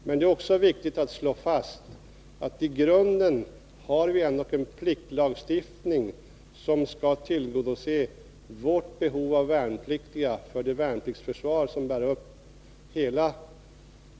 Men det är också viktigt att slå fast att vi i grunden ändå har en pliktlagstiftning, som skall tillgodose behovet av värnpliktiga i vårt värnpliktsförsvar.